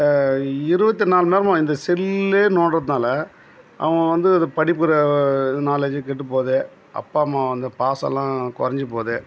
இருபத்தி நாலு நேரமும் இந்த செல்லை நோண்டுறதால அவன் வந்து அது படிப்பில் நாலேஜு கெட்டுப்போது அப்பா அம்மா அந்த பாசம்லாம் கொறைஞ்சி போகுது